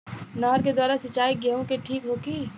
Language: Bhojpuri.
नहर के द्वारा सिंचाई गेहूँ के ठीक होखि?